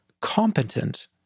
competent